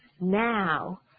now